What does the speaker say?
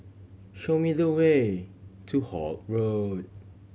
show me the way to Holt Road